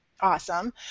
awesome